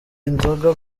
inzoga